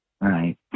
Right